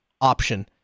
option